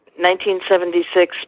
1976